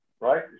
Right